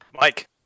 Mike